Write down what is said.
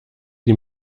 die